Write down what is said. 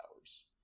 hours